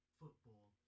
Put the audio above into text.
football